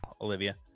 Olivia